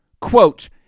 Quote